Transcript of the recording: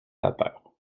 vapeur